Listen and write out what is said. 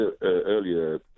earlier